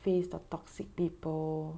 face the toxic people